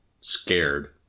scared